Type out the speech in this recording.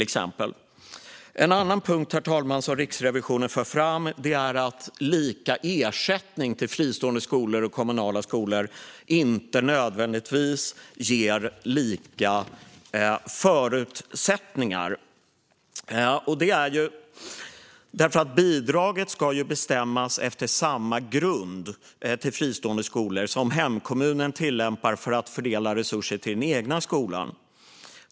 En annan punkt, herr talman, som Riksrevisionen för fram är att lika ersättning till fristående skolor och kommunala skolor inte nödvändigtvis ger lika förutsättningar. Bidraget till fristående skolor ska ju bestämmas efter samma grund som hemkommunen tillämpar för att fördela resurser till den egna skolan.